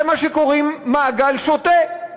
זה מה שקוראים "מעגל שוטה"